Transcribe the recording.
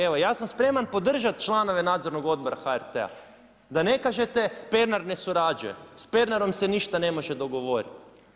Evo ja sam spreman podržati članove Nadzornog odbora HRT-a da ne kažete Pernar ne surađuje, s Pernarom se ne može ništa dogovoriti.